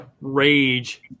rage